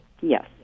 yes